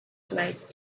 flight